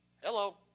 Hello